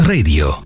Radio